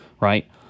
Right